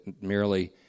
merely